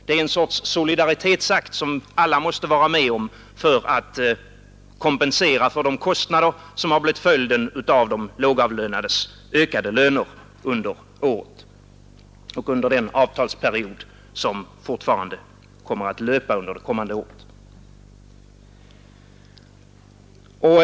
Det är en sorts solidaritetsakt som alla måste vara med om för att kompensera de kostnader som har blivit följden av de lågavlönades ökade löner under året och under den avtalsperiod som kommer att löpa även under det kommande året.